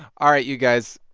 all right, you guys.